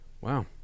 wow